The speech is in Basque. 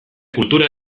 kultura